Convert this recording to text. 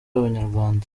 b’abanyarwanda